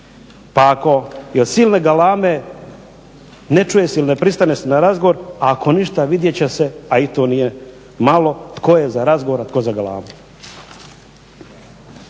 Pa ako i od silne galame ne čuje se ili ne pristane se na razgovor, ako ništa vidjet će se a i to nije malo, tko je za razgovor, a tko za galamu.